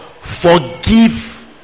Forgive